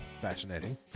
Fascinating